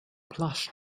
plush